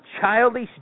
childish